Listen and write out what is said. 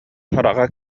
хараҕа